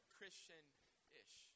Christian-ish